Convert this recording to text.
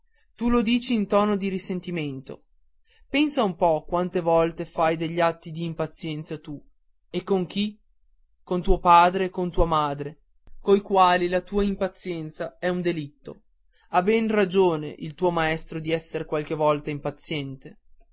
tu lo dici in tono di risentimento pensa un po quante volte fai degli atti d'impazienza tu e con chi con tuo padre e con tua madre coi quali la tua impazienza è un delitto ha ben ragione il tuo maestro di essere qualche volta impaziente